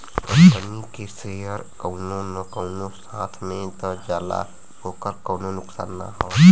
company के share कउनो न कउनो हाथ मे त जाला ओकर कउनो नुकसान ना हौ